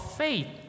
faith